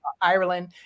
Ireland